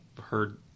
heard